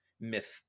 myth